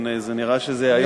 כן, נראה שזה היום,